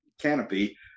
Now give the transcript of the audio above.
canopy